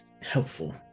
helpful